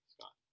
Scott